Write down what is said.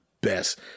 best